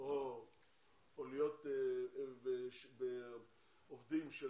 או להיות עובדים של